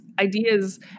ideas